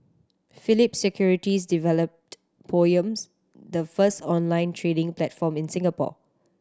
Phillip Securities developed Poems the first online trading platform in Singapore